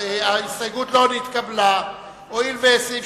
ההסתייגות לחלופין של קבוצת סיעת מרצ